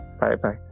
Bye-bye